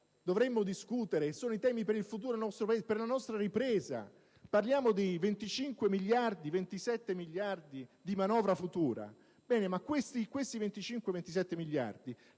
dovremmo discutere; sono i temi per il futuro del nostro Paese, per la nostra ripresa. Parliamo di 25-27 miliardi di manovra futura, ma questi 25-27 miliardi